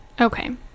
Okay